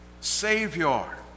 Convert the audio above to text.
Savior